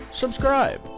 Subscribe